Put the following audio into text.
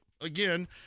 again